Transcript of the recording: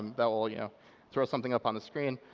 that will yeah throw something up on the screen.